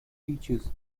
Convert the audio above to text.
teachers